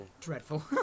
Dreadful